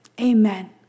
amen